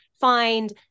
find